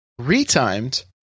Retimed